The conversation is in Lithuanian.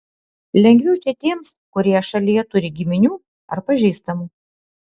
lengviau čia tiems kurie šalyje turi giminių ar pažįstamų